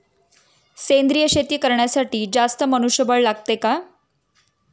सेंद्रिय शेती करण्यासाठी जास्त मनुष्यबळ लागते का?